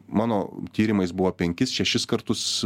mano tyrimais buvo penkis šešis kartus